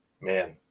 Man